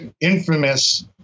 infamous